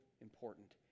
important